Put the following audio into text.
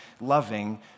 loving